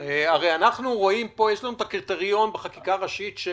הרי יש לנו קריטריון בחקיקה ראשית,